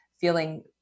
feeling